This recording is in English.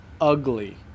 ugly